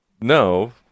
No